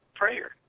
prayer